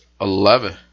Eleven